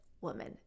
woman